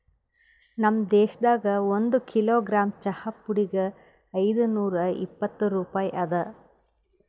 ನಮ್ ದೇಶದಾಗ್ ಒಂದು ಕಿಲೋಗ್ರಾಮ್ ಚಹಾ ಪುಡಿಗ್ ಐದು ನೂರಾ ಇಪ್ಪತ್ತು ರೂಪಾಯಿ ಅದಾ